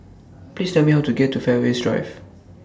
Please Tell Me How to get to Fairways Drive